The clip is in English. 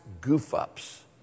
goof-ups